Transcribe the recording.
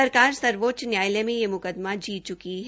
सरकार सर्वोच्च न्यायालय में यह म्कदमा जीत च्की है